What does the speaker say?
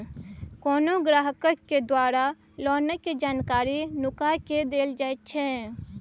कोनो ग्राहक द्वारा लोनक जानकारी नुका केँ देल जाएत छै